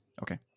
Okay